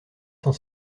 cent